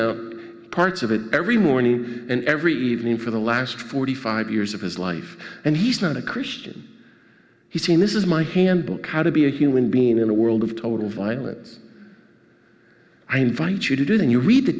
mouth parts of it every morning and every evening for the last forty five years of his life and he's not a christian he's seen this is my handbook how to be a human being in a world of total violence i invite you didn't you read t